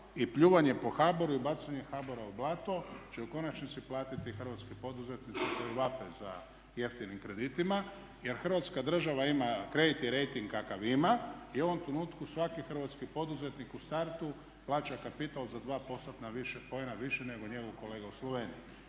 pljuvanje po HBOR-u i bacanje HBOR-a u blato će u konačnici platiti hrvatski poduzetnici koji vape za jeftinim kreditima jer hrvatska država ima kreditni rejting kakav ima i u ovom trenutku svaki hrvatski poduzetnik u startu plaća kapital za 2 postotna više poena nego njegov kolega u Sloveniji.